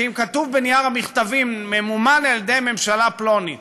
שאם כתוב בנייר המכתבים: ממומן על-ידי ממשלה פלונית,